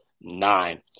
nine